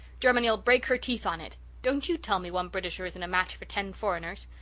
germany'll break her teeth on it. don't you tell me one britisher isn't a match for ten foreigners.